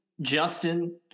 Justin